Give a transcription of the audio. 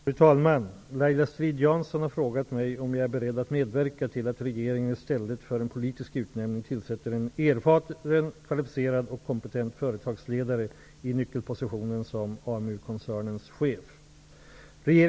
Fru talman! Laila Strid-Jansson har frågat mig om jag är beredd att medverka till att regeringen i stället för en politisk utnämning tillsätter en erfaren, kvalificerad och kompetent företagsledare i nyckelpositionen som AMU-koncernens chef.